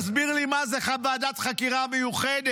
אולי תסביר לי מה זה ועדת חקירה מיוחדת?